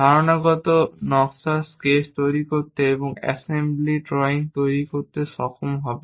ধারণাগত নকশা স্কেচ তৈরি করতে এবং অ্যাসেম্বলি ড্রয়িং তৈরি করতে সক্ষম হবে